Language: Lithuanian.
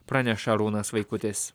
praneša arūnas vaikutis